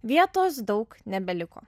vietos daug nebeliko